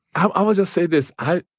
um i would just say this, i,